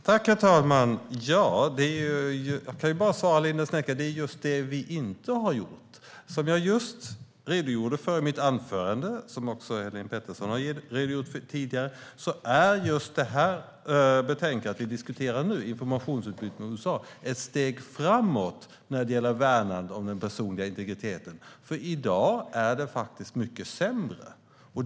Herr talman! Jag kan bara svara Linda Snecker: Det är just det vi inte har gjort. Som jag just redogjorde för i mitt anförande - och som också Helene Petersson har redogjort för tidigare - är det betänkande som vi diskuterar nu, om informationsutbyte med USA, ett steg framåt när det gäller värnandet om den personliga integriteten. I dag är det mycket sämre.